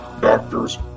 doctors